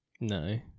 No